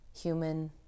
human